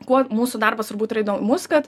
kuo mūsų darbas turbūt yra įdomus kad